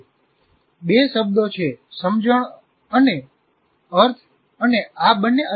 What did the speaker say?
બે શબ્દો છે - સમજણ અને અર્થ અને આ બંને અલગ છે